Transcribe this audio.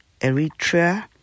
Eritrea